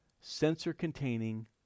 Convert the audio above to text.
sensor-containing